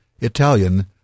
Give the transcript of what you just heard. Italian